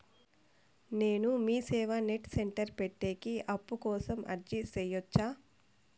నేను MeeSeva net centre పెట్టేకి అప్పు కోసం అర్జీ సేయొచ్చా?